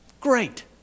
great